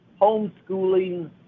homeschooling